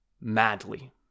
madly